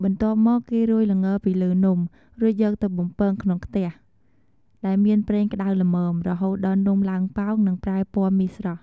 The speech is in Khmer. បន្ទាប់មក គេរោយល្ងពីលើនំ រួចយកទៅបំពងក្នុងខ្ទះដែលមានប្រេងក្តៅល្មម រហូតដល់នំឡើងប៉ោង និងប្រែពណ៌មាសស្រស់។